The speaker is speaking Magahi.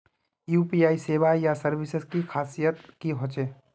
यु.पी.आई सेवाएँ या सर्विसेज की खासियत की होचे?